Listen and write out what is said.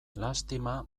lastima